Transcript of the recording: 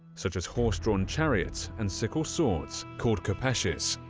such as horse-drawn chariots and sickle swords called khopeshes.